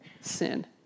sin